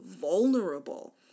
vulnerable